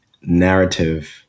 narrative